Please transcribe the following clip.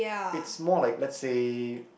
it's more like let's say